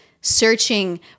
searching